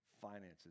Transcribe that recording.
finances